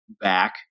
back